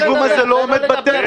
הפיגום הזה לא עומד בתקן.